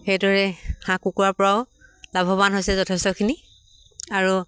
সেইদৰে হাঁহ কুকুৰাৰ পৰাও লাভৱান হৈছে যথেষ্টখিনি আৰু